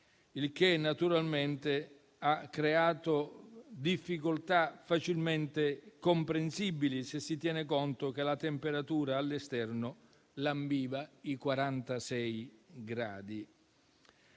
il che naturalmente ha creato difficoltà facilmente comprensibili, se si tiene conto che la temperatura all'esterno lambiva i 46 gradi.